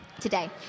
today